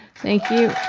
thank you,